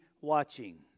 watching